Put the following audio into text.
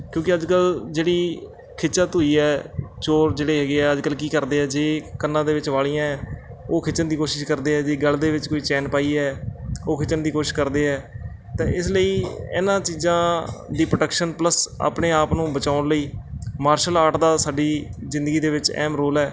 ਕਿਉਂਕਿ ਅੱਜ ਕੱਲ੍ਹ ਜਿਹੜੀ ਖਿੱਚਾ ਧੂਈ ਹੈ ਚੋਰ ਜਿਹੜੇ ਹੈਗੇ ਆ ਅੱਜ ਕੱਲ੍ਹ ਕੀ ਕਰਦੇ ਆ ਜੇ ਕੰਨਾਂ ਦੇ ਵਿੱਚ ਵਾਲੀਆਂ ਹੈ ਉਹ ਖਿੱਚਣ ਦੀ ਕੋਸ਼ਿਸ਼ ਕਰਦੇ ਹੈ ਜੇ ਗਲ਼ ਦੇ ਵਿੱਚ ਕੋਈ ਚੈਨ ਪਾਈ ਹੈ ਉਹ ਖਿੱਚਣ ਦੀ ਕੋਸ਼ਿਸ਼ ਕਰਦੇ ਹੈ ਤਾਂ ਇਸ ਲਈ ਇਹਨਾਂ ਚੀਜ਼ਾਂ ਦੀ ਪ੍ਰੋਟੈਕਸ਼ਨ ਪਲਸ ਆਪਣੇ ਆਪ ਨੂੰ ਬਚਾਉਣ ਲਈ ਮਾਰਸ਼ਲ ਆਰਟ ਦਾ ਸਾਡੀ ਜ਼ਿੰਦਗੀ ਦੇ ਵਿੱਚ ਅਹਿਮ ਰੋਲ ਹੈ